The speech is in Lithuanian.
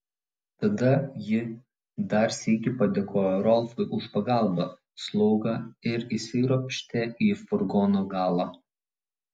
tada ji dar sykį padėkojo rolfui už pagalbą slaugą ir įsiropštė į furgono galą